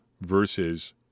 versus